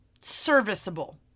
serviceable